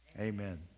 Amen